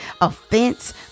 offense